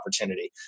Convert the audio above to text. opportunity